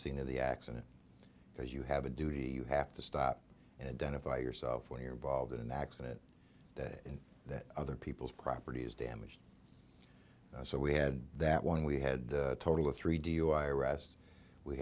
scene of the accident because you have a duty you have to stop and then if i yourself when you're involved in an accident that that other people's property is damaged so we had that one we had a total of three dui arrests we